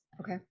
okay